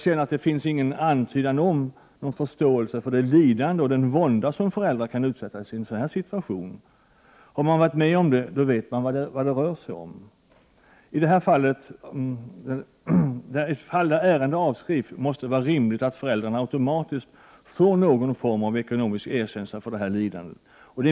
Det finns ingen antydan om förståelse för det lidande och den vånda som föräldrarna kan utsättas för i en sådan här situation. Den som har varit med om det vet vad det rör sig om. I fall där ärendet avskrivs måste det vara rimligt att föräldrarna automatiskt får någon form av ekonomisk ersättning för lidande.